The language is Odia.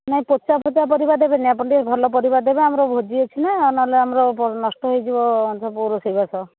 ନାହିଁ ପୋଚା ପୋଚା ପରିବା ଦେବେନି ଆପଣ ଟିକିଏ ଭଲପରିବା ଦେବେ ଆମର ଭୋଜି ଅଛି ନା ନହେଲେ ଆମର ନଷ୍ଟ ହୋଇଯିବ ସବୁ ରୋଷେଇବାସ